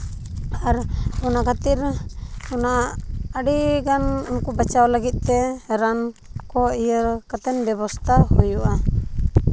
ᱟᱨ ᱚᱱᱟ ᱠᱷᱟᱹᱛᱤᱨ ᱚᱱᱟ ᱟᱹᱰᱤᱜᱟᱱ ᱩᱱᱠᱩ ᱵᱟᱪᱷᱟᱣ ᱞᱟᱹᱜᱤᱫ ᱛᱮ ᱨᱟᱱ ᱠᱚ ᱤᱭᱟᱹ ᱠᱟᱛᱮ ᱵᱮᱵᱚᱥᱛᱷᱟ ᱦᱩᱭᱩᱜᱼᱟ